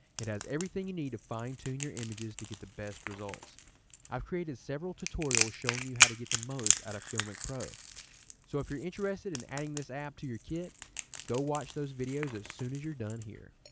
it has everything you need to fine-tune your images to get the best results i've created several tutorials showing you how to get the most out of filmic pro so if you're interested in adding this app to your kit go watch those videos as soon as you're done here